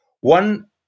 one